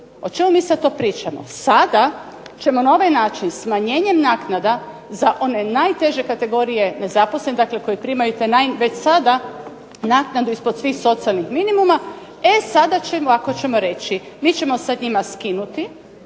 O čemu mi to sada pričamo. Sada ćemo na ovaj način smanjenjem naknada za one najteže kategorije nezaposlenih koji primaju već sada naknadu ispod svih socijalnih minimuma, e sada će ovako ćemo reći, mi ćemo njima skinuti